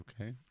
Okay